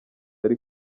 ari